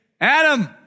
Adam